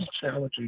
challenging